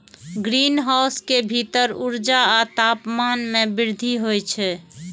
greenhouse के भीतर ऊर्जा आ तापमान मे वृद्धि होइ छै